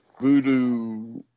voodoo